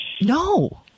No